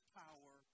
power